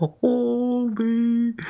Holy